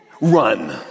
run